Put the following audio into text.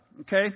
Okay